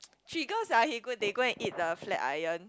trigger sia he go they go and eat the flat iron